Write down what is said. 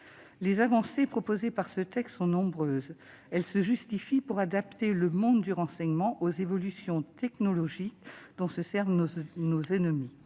Les avancées proposées par ce texte sont nombreuses. Elles se justifient par le fait qu'il nous faut adapter le monde du renseignement aux évolutions technologiques dont se servent nos ennemis.